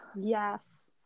Yes